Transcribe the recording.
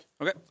Okay